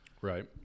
Right